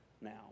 now